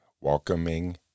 Welcoming